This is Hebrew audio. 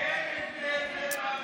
אין הבדל בין,